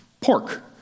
pork